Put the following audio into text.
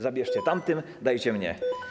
Zabierzcie tamtym, dajcie mnie.